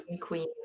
queen